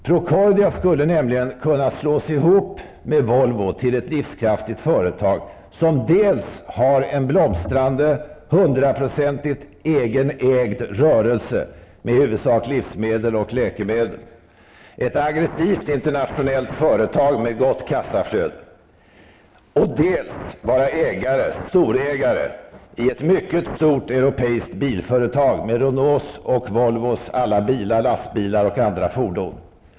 Procordia skulle nämligen kunna slås ihop med Volvo till ett livskraftigt företag som dels har en blomstrande 100-procentigt ägd egen rörelse med i huvudsak livsmedel och läkemedel, ett aggressivt internationellt företag med ett gott kassaflöde, dels är storägare i ett mycket stort europeiskt bilföretag med Renaults och Volvos alla bilar, lastbilar och övriga fordon.